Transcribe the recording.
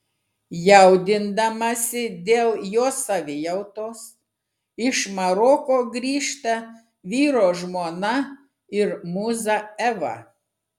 jaudindamasi dėl jo savijautos iš maroko grįžta vyro žmona ir mūza eva